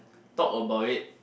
talk about it